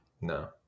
No